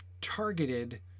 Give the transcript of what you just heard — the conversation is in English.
targeted